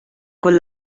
con